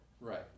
Right